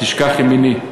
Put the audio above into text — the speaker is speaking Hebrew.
תשכח ימיני.